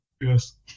Yes